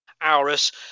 Auris